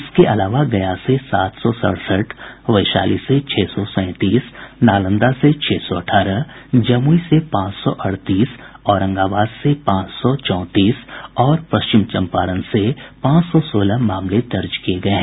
इसके अलावा गया से सात सौ सड़सठ वैशाली से छह सौ सैंतीस नालंदा से छह सौ अठारह जमूई से पांच सौ अड़तीस औरंगाबाद से पांच सौ चौंतीस और पश्चिम चंपारण से पांच सौ सोलह मामले दर्ज किए गए हैं